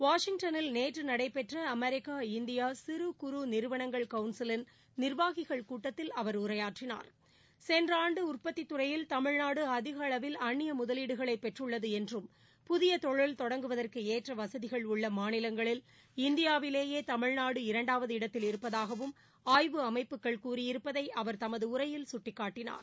வாஷிங்டனில் நேற்று நடைபெற்ற அமெரிக்கா இந்திய சிறு குறு நிறுவனங்கள் கவுன்சிலின் நிர்வாகிகள் கூட்டத்தில் அவர் உரையாற்றினார் சென்ற ஆண்டு உற்பத்தித் துறையில் தமிழ்நாடு அதிகளவில் அந்நிய முதலீடுகளை பெற்றுள்ளது என்றும் புதிய தொழில் தொடங்குவதற்கு ஏற்ற வசதிகள் உள்ள மாநிலங்களில் இந்தியாவிலேயே தமிழ்நாடு இரண்டாவது இடத்தில் இருப்பதாகவும் ஆய்வு அமைப்புகள் கூறியிருப்பதை அவர் தமது உரையில் சுட்டிக்காட்டனார்